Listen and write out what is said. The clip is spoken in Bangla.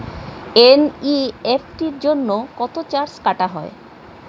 এন.ই.এফ.টি জন্য কত চার্জ কাটা হয়?